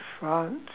france